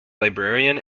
librarian